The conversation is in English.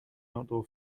outdoor